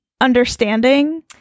understanding